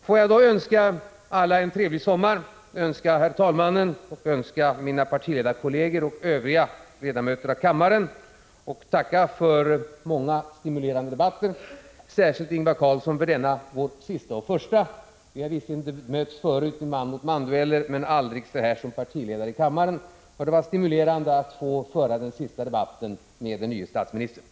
Låt mig så önska herr talmannen, mina partiledarkolleger och övriga ledamöter av kammaren en trevlig sommar! Jag tackar för många stimulerande debatter, särskilt Ingvar Carlsson för denna vår sista och första. Vi har visserligen mötts förut i man-mot-man-dueller men aldrig så här som partiledare i kammaren. Det var stimulerande att få föra den sista debatten med den nye statsministern.